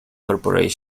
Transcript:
corporation